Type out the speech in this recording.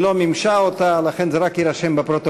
היא לא מימשה אותה, לכן זה רק יירשם בפרוטוקול.